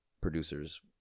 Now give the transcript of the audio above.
producers